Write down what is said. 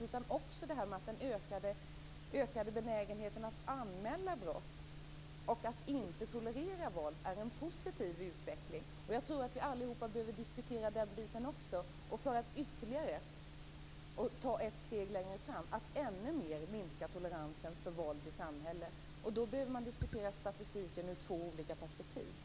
Det finns också en ökad benägenhet att anmäla brott och inte tolerera våld. Det är en positiv utveckling. Jag tror att vi allihop behöver diskutera också den biten, ta ett steg framåt och ännu mer minska toleransen mot våld i samhället. Då behöver man diskutera statistiken ur två olika perspektiv.